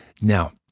Now